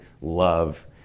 love